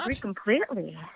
completely